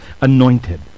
Anointed